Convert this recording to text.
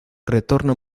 retorna